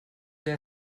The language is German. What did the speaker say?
der